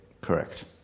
Correct